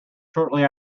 shortly